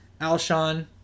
Alshon